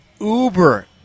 uber